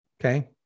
okay